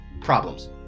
Problems